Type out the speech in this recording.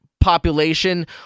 population